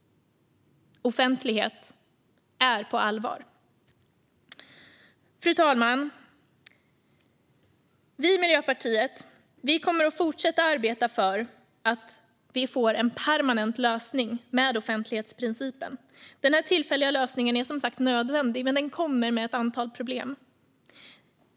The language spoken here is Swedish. Offentlighet är på allvar. Fru talman! Vi i Miljöpartiet kommer att fortsätta arbeta för att vi ska få en permanent lösning med offentlighetsprincipen. Den här tillfälliga lösningen är som sagt nödvändig, men den kommer med ett antal problem.